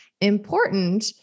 important